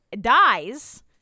dies